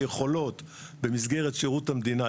היכולות במסגרת שירות המדינה,